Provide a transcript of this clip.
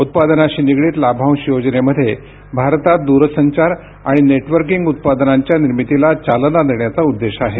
उत्पादनाशी निगडित लाभांश योजनेमध्ये भारतात दूरसंचार आणि नेटवकिंग उत्पादनांच्या निर्मितीला चालना देण्याचा उद्देश आहे